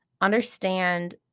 understand